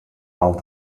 all